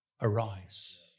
arise